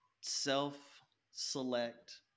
self-select